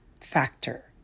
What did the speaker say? factor